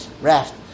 raft